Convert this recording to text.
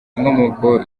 inkomoko